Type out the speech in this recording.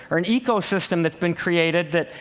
or an ecosystem that's been created that,